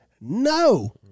no